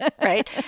Right